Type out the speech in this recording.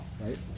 right